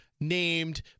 named